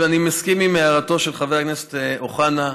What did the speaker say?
אני מסכים להערתו של חבר הכנסת אוחנה.